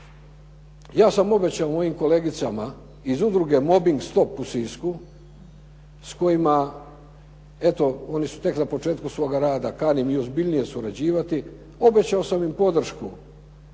Ja sam obećao mojim kolegicama iz udruge “Mobbing stop“ u Sisku s kojima eto oni su tek na početku svoga rada. Kanim i ozbiljnije surađivati. Obećao sam im podršku